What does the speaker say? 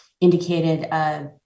indicated